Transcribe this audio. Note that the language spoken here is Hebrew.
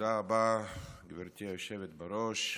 תודה רבה, גברתי היושבת בראש.